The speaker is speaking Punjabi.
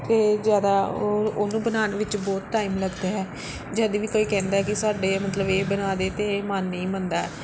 ਅਤੇ ਜ਼ਿਆਦਾ ਉਹ ਉਹਨੂੰ ਬਣਾਉਣ ਵਿੱਚ ਬਹੁਤ ਟਾਈਮ ਲੱਗਦਾ ਹੈ ਜਦ ਵੀ ਕੋਈ ਕਹਿੰਦਾ ਕਿ ਸਾਡੇ ਮਤਲਬ ਇਹ ਬਣਾ ਦੇ ਅਤੇ ਇਹ ਮਨ ਨਹੀਂ ਮੰਨਦਾ